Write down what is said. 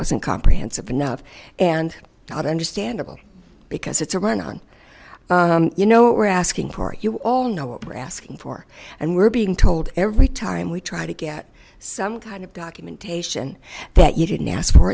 wasn't comprehensive enough and not understandable because it's a run on you know what we're asking for you all know what we're asking for and we're being told every time we try to get some kind of documentation that you didn't ask for